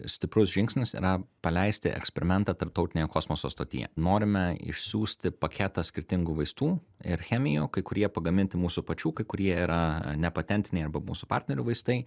stiprus žingsnis yra paleisti eksperimentą tarptautinėje kosmoso stotyje norime išsiųsti paketą skirtingų vaistų ir chemijų kai kurie pagaminti mūsų pačių kai kurie yra nepatentiniai arba mūsų partnerių vaistai